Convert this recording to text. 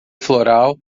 floral